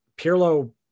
Pirlo